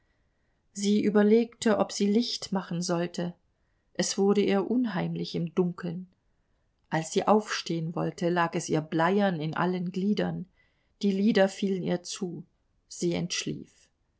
sie überlegte ob sie licht machen sollte es wurde ihr unheimlich im dunkeln als sie aufstehen wollte lag es ihr bleiern in allen gliedern die lider fielen ihr zu sie entschlief